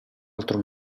altro